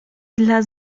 dla